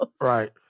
Right